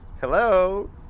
Hello